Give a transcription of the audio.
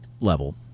level